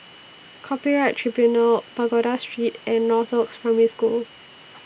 Copyright Tribunal Pagoda Street and Northoaks Primary School